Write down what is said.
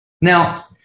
Now